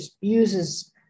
uses